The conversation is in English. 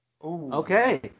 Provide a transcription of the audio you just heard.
Okay